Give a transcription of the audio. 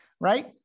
right